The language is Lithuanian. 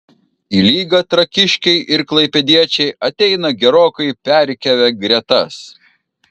į lygą trakiškiai ir klaipėdiečiai ateina gerokai perrikiavę gretas